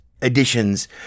additions